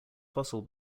fossil